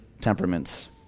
temperaments